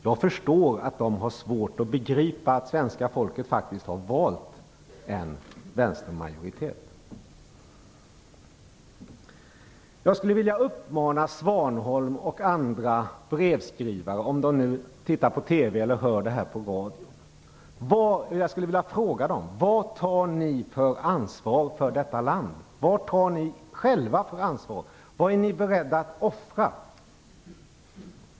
Jag förstår att de har svårt att begripa att svenska folket faktiskt har valt en vänstermajoritet. Jag skulle vilja fråga Svanholm och andra brevskrivare, om de tittar på TV eller hör debatten på radio, vad de tar för ansvar för detta land. Vad tar ni själva för ansvar? Vad är ni beredda att offra?